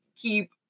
keep